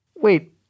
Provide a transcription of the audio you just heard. Wait